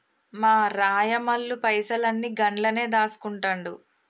మా రాయమల్లు పైసలన్ని గండ్లనే దాస్కుంటండు